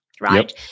right